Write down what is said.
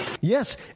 yes